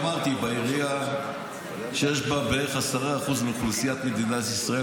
אמרתי שאני עבדתי בעירייה שיש בה בערך 10% מאוכלוסיית מדינת ישראל,